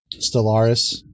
Stellaris